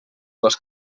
les